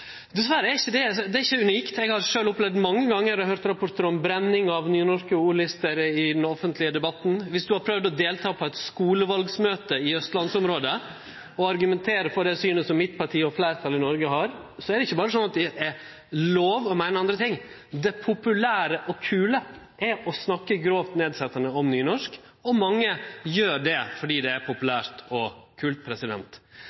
Dessverre er ikkje det unikt. Eg har sjølv opplevd mange gonger å høyre rapportar om brenning av nynorske ordlister i den offentlege debatten. Viss ein har prøvd å delta på eit skulevalsmøte i Austlandsområdet og argumenterer for det synet som mitt parti og fleirtalet i Noreg har, har ein sett at det ikkje berre er sånn at det er lov å meine andre ting, det populære og kule er å snakke grovt nedsetjande om nynorsk, og mange gjer det fordi det er